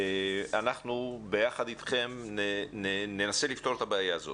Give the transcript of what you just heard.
אנחנו ביחד איתכם ננסה לפתור את הבעיה הזאת.